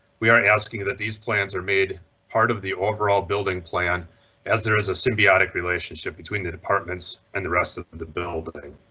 we are asking that these plans are made part of the overall building plan as there is a symbiotic relationship between the departments and the rest of the the building.